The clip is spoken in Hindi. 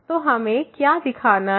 तो हमें क्या दिखाना है